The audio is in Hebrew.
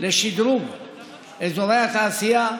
לשדרוג אזורי התעשייה,